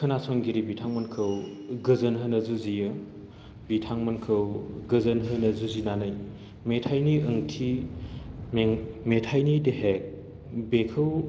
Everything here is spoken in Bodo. खोनासंगिरि बिथांमोनखौ गोजोनहोनो जुजियो बिथांमोनखौ गोजोनहोनो जुजिनानै मेथाइनि ओंथि में मेथाइनि देहेग बेखौ